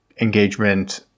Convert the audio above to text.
engagement